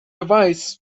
device